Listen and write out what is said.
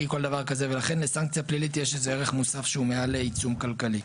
לכן לסנקציה פלילית יש ערך מוסף שהוא מעל עיצום כלכלי.